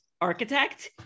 architect